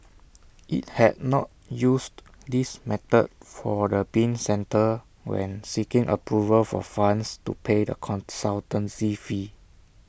IT had not used this method for the bin centre when seeking approval for funds to pay the consultancy fee